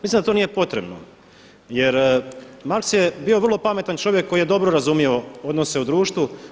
Mislim da to nije potrebno, jer Marx je bio vrlo pametan čovjek koji je vrlo dobro razumio odnose u društvu.